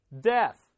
death